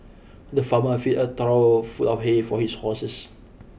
the farmer filled a trough full of hay for his horses